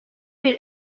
bir